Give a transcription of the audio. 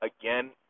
again